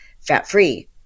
fat-free